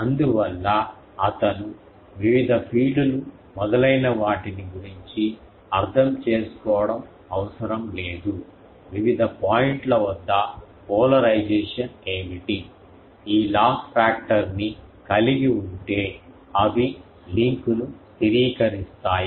అందువల్ల అతను వివిధ ఫీల్డ్ లు మొదలైనవాటిని గురించి అర్థం చేసుకోవడం అవసరం లేదు వివిధ పాయింట్ల వద్ద పోలరైజేషన్ ఏమిటి ఈ లాస్ ఫ్యాక్టర్స్నీ కలిగి ఉంటే అవి లింక్ను స్థిరీకరిస్తాయి